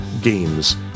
games